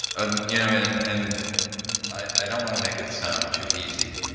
um you know, and and i don't wanna make it sound too easy,